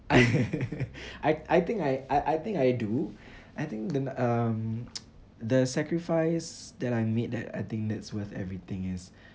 I I think I I I I think I do I think the um the sacrifice that I made that I think that's worth everything is